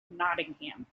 nottingham